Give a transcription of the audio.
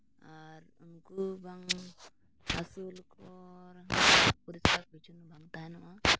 ᱟᱨ ᱩᱱᱠᱩ ᱵᱟᱝ ᱟᱹᱥᱩᱞ ᱠᱚ ᱨᱮᱦᱚᱸ ᱯᱚᱨᱤᱥᱠᱟᱨ ᱯᱚᱨᱤᱪᱷᱚᱱᱱᱚ ᱵᱟᱝ ᱛᱟᱦᱮᱱᱚᱜᱼᱟ